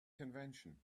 convention